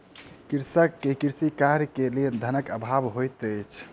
कृषक के कृषि कार्य के लेल धनक अभाव होइत अछि